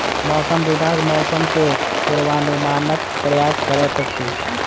मौसम विभाग मौसम के पूर्वानुमानक प्रयास करैत अछि